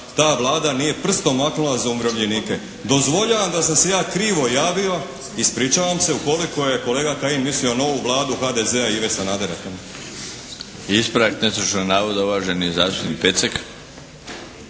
ta Vlada nije prstom maknula za umirovljenike. Dozvoljavam da sam se ja krivo javio, ispričavam se ukoliko je kolega Kajin mislio na novu Vladu HDZ-a Ive Sanadera. **Milinović, Darko (HDZ)** Ispravak netočnog navoda uvaženi zastupnik Pecek.